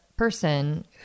person